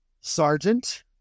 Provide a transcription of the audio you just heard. Sergeant